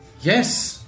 Yes